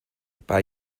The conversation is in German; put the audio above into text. bei